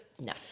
No